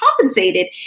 compensated